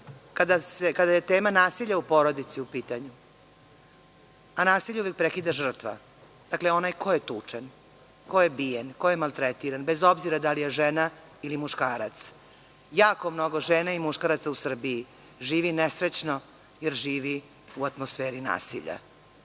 kada je tema nasilje u porodici u pitanju, a nasilje uvek prekida žrtva, dakle, onaj ko je tučen, ko je bijen, koje maltretiran, bez obzira da li je žena ili muškarac. Jako mnogo žena i muškaraca u Srbiji živi nesrećno, jer živi u atmosferi nasilja. Ono